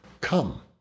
Come